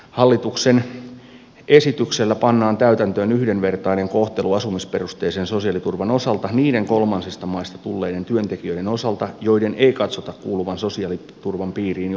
hallituksen esityksellä pannaan täytäntöön yhdenvertainen kohtelu asumisperusteisen sosiaaliturvan osalta niiden kolmansista maista tulleiden työntekijöiden osalta joiden ei katsota kuuluvan sosiaaliturvan piiriin jo asumisen perusteella